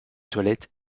toilette